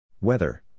Weather